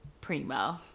primo